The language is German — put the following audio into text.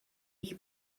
ich